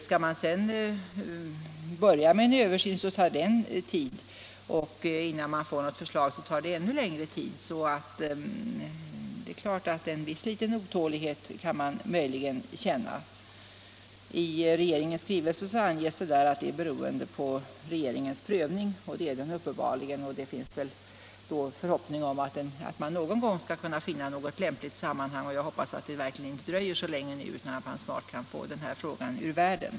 Skall sedan en översyn göras, så tar det sin tid, och innan ett förslag kan läggas fram tar det ännu längre tid. Därför är det naturligt att man kan känna någon otålighet över förseningen. I regeringens skrivelse sägs att dröjsmålet beror på regeringens prövning, och det gör det uppenbarligen. Men det finns kanske då anledning hoppas att man någon gång skall kunna finna något lämpligt sammanhang att ta upp frågan i och att det inte skall dröja alltför länge innan vi kan få denna fråga ur världen.